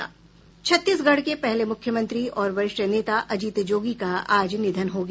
छत्तीसगढ़ के पहले मुख्यमंत्री और वरिष्ठ नेता अजित जोगी का आज निधन हो गया